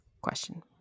question